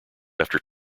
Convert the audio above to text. after